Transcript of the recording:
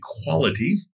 equality